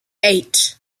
eight